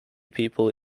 people